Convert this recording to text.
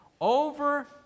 over